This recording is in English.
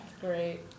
great